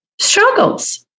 struggles